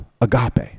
agape